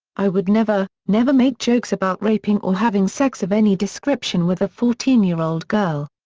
i would never, never make jokes about raping or having sex of any description with a fourteen year old girl.